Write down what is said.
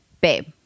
babe